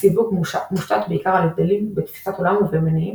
הסיווג מושתת בעיקר על הבדלים בתפיסת עולם ובמניעים,